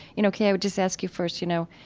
you know, kay, i would just ask you first, you know,